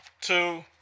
two